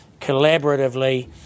collaboratively